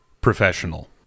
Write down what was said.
professional